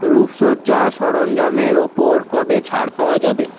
রূপসজ্জার সরঞ্জামের ওপর কবে ছাড় পাওয়া যাবে